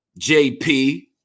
JP